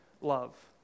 love